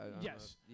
Yes